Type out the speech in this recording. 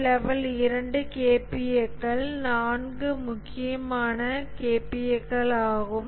level 2 KPA கள் 4 முக்கியமான KPA கள் ஆகும்